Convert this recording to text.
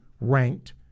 ranked